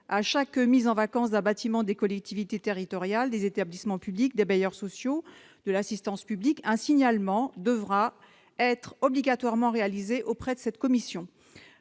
À chaque mise en vacance d'un bâtiment appartenant à des collectivités territoriales, à des établissements publics, à des bailleurs sociaux ou à l'assistance publique, un signalement devrait obligatoirement être réalisé auprès de cette commission.